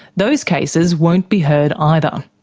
those cases won't be heard either.